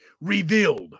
Revealed